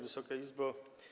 Wysoka Izbo!